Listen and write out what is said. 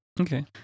Okay